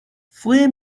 fue